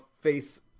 face